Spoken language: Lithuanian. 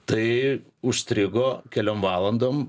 tai užstrigo keliom valandom